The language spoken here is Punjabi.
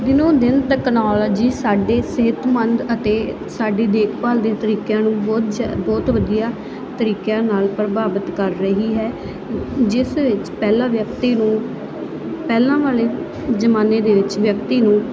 ਦਿਨੋਂ ਦਿਨ ਟੈਕਨੋਲੋਜੀ ਸਾਡੀ ਸਿਹਤਮੰਦ ਅਤੇ ਸਾਡੀ ਦੇਖਭਾਲ ਦੇ ਤਰੀਕਿਆਂ ਨੂੰ ਬਹੁਤ ਜ਼ਿਆ ਬਹੁਤ ਵਧੀਆ ਤਰੀਕਿਆਂ ਨਾਲ ਪ੍ਰਭਾਵਿਤ ਕਰ ਰਹੀ ਹੈ ਜਿਸ ਵਿੱਚ ਪਹਿਲਾਂ ਵਿਅਕਤੀ ਨੂੰ ਪਹਿਲਾਂ ਵਾਲੇ ਜ਼ਮਾਨੇ ਦੇ ਵਿੱਚ ਵਿਅਕਤੀ ਨੂੰ